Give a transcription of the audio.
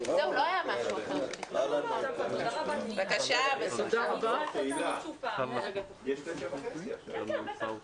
09:28.